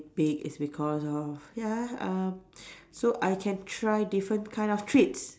pig is because of ya uh so I can try different kind of treats